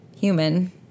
human